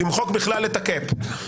למחוק בכלל את ה-Cap.